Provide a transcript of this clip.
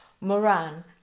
Moran